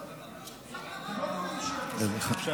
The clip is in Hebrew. הקבע בצבא הגנה לישראל (גמלאות) (תיקון,